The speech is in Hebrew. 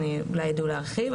אולי יידעו להרחיב.